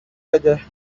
بده